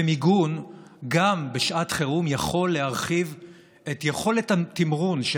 ומיגון בשעת חירום גם יכול להרחיב את יכולת התמרון של